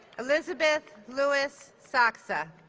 elizabeth lewis sachsse ah